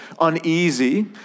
uneasy